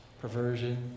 perversion